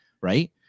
right